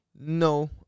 No